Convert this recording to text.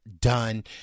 done